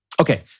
Okay